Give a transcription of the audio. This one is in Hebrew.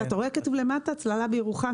אתה רואה, כתוב למטה: הצללה בירוחם.